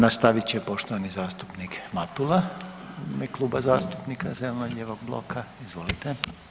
Nastavit će poštovani zastupnik Matula u ime Kluba zastupnika zeleno-lijevog bloka, izvolite.